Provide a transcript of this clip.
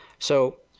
so,